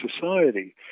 society